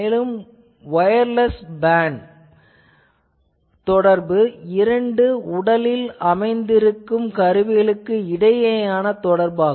பிறகு wireless BAN தொடர்பு இரண்டு உடலில் அணிந்திருக்கும் கருவிகளிடையேயான தொடர்பு